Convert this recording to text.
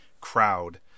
crowd